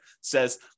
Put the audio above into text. says